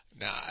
Now